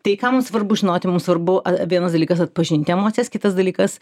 tai ką mums svarbu žinoti mums svarbu vienas dalykas atpažinti emocijas kitas dalykas